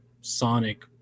Sonic